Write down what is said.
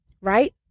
right